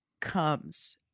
comes